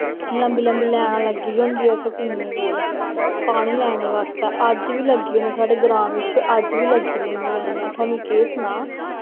लम्बी लम्बी लैनां लग्गी दियां होंदियां उत्थै कुएं कोल पानी लैने वास्तै अज्ज बी लग्गी होंदी साढ़े ग्रांऽ बिच्च ते अज्ज बी लग्गी दियां होंदियां न मैं थोआनू केह् सनां